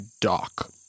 dock